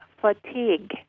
fatigue